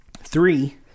Three